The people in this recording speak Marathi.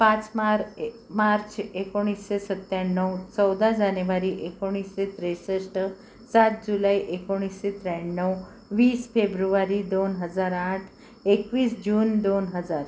पाच मार ए मार्च एकोणीसशे सत्त्याण्णव चौदा जानेवारी एकोणीसशे त्रेसष्ट सात जुलै एकोणीसशे त्र्याण्णव वीस फेब्रुवारी दोन हजार आठ एकवीस जून दोन हजार